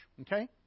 Okay